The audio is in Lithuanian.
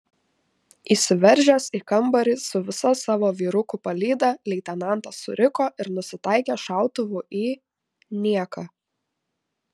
įsiveržęs į kambarį su visa savo vyrukų palyda leitenantas suriko ir nusitaikė šautuvu į nieką